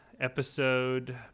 episode